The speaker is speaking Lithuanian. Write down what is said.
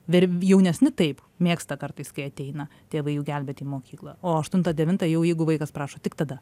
vir jaunesni taip mėgsta kartais kai ateina tėvai jų gelbėt į mokyklą o aštuntą devintą jau jeigu vaikas prašo tik tada